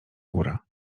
góra